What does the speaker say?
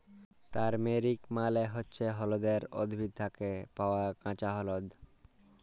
turmeric মালে হচ্যে হল্যদের উদ্ভিদ থ্যাকে পাওয়া কাঁচা হল্যদ